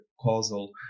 causal